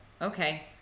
okay